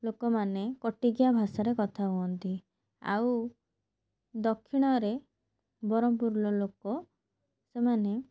ଲୋକମାନେ କଟିକିଆ ଭାଷାରେ କଥା ହୁଅନ୍ତି ଆଉ ଦକ୍ଷିଣରେ ବରହମପୁରର ଲୋକ ସେମାନେ